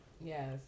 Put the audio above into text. Yes